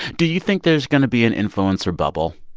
do you think there's going to be an influencer bubble?